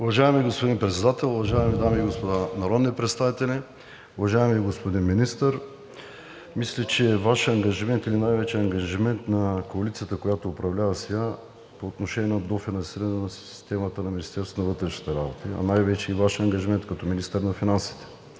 Уважаеми господин Председател, уважаеми дами и господа народни представители! Уважаеми господин Министър, мисля, че е Ваш ангажимент, или най-вече ангажимент на коалицията, която управлява сега, по отношение на дофинансиране на системата на Министерството на вътрешните работи, а най-вече и Ваш ангажимент като министър на финансите.